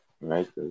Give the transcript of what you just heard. right